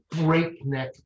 breakneck